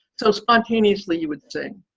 so spontaneously you would sing.